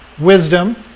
wisdom